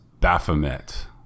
baphomet